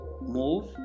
move